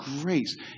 grace